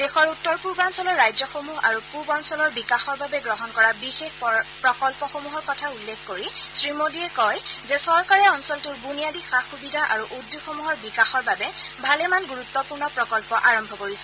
দেশৰ উত্তৰ পূৰ্বাঞ্চলৰ ৰাজ্যসমূহ আৰু পূব অঞ্চলৰ বিকাশৰ বাবে গ্ৰহণ কৰা বিশেষ প্ৰকল্পসমূহৰ কথা উল্লেখ কৰি শ্ৰীমোদীয়ে কয় যে চৰকাৰে অঞ্চলটোৰ বুনিয়াদী সা সুবিধা আৰু উদ্যোগসমূহৰ বিকাশৰ বাবে ভালেমান গুৰুত্বপূৰ্ণ প্ৰকল্প আৰম্ভ কৰিছে